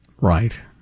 Right